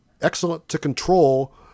excellent-to-control